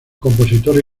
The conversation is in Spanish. compositora